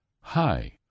Hi